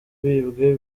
bibwe